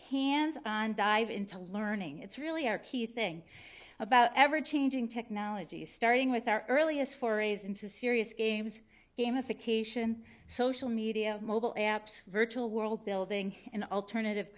hands on dive into learning it's really our key thing about ever changing technologies starting with our earliest forays into serious games bemis occasion social media mobile apps virtual world building in alternative